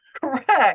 Correct